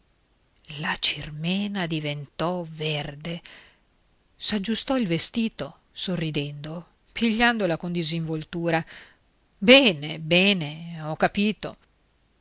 la cirmena diventò verde s'aggiustò il vestito sorridendo pigliandola con disinvoltura bene bene ho capito